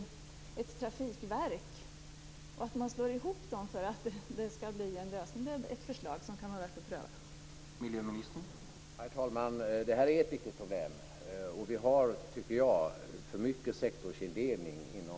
Det är ett förslag som kan vara värt att pröva.